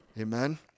Amen